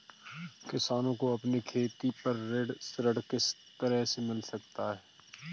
किसानों को अपनी खेती पर ऋण किस तरह मिल सकता है?